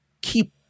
keep